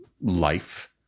life